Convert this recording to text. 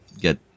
get